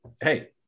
hey